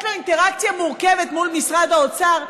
ויש לו אינטראקציה מורכבת מול משרד האוצר,